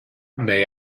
may